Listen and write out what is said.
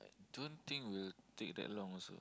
don't think we'll take that long also